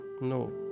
No